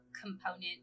component